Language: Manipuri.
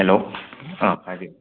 ꯍꯜꯂꯣ ꯑꯥ ꯍꯥꯏꯕꯤꯌꯨ